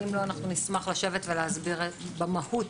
אם לא, נשמח להסביר במהות,